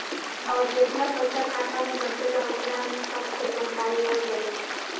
अउर जेतना पइसा खाता मे बचेला ओकरा में सब के जानकारी रह जाइ